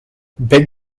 big